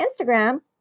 Instagram